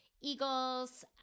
Eagles